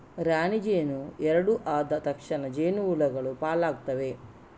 ರಾಣಿ ಜೇನು ಎರಡು ಆದ ತಕ್ಷಣ ಜೇನು ಹುಳಗಳು ಪಾಲಾಗ್ತವೆ